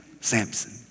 Samson